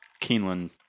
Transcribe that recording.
Keeneland